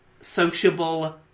sociable